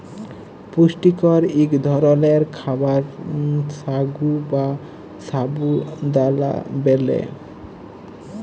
পুষ্টিকর ইক ধরলের খাবার সাগু বা সাবু দালা ব্যালে